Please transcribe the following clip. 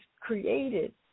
created